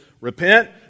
repent